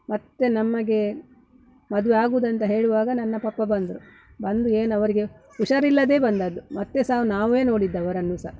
ಮತ್ತೆ ನಮಗೆ ಮದುವೆ ಆಗೋದಂತ ಹೇಳುವಾಗ ನನ್ನ ಪಪ್ಪ ಬಂದರು ಬಂದು ಏನು ಅವರಿಗೆ ಹುಷಾರಿಲ್ಲದೇ ಬಂದದ್ದು ಮತ್ತೆ ಸಹ ನಾವೇ ನೋಡಿದ್ದು ಅವರನ್ನು ಸಹ